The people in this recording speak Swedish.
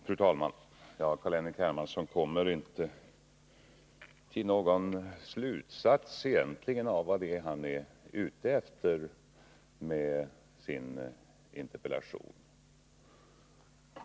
Fru talman! Carl-Henrik Hermansson kommer inte till någon slutsats om vad han egentligen är ute efter med sin interpellation.